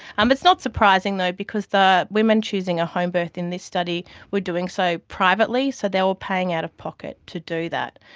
um it's not surprising though because the women choosing a homebirth in this study were doing so privately, so they were paying out of pocket to do that.